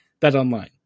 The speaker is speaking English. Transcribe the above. BetOnline